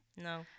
No